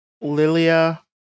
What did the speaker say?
Lilia